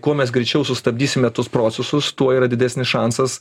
kuo mes greičiau sustabdysime tuos procesus tuo yra didesnis šansas